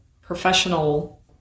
professional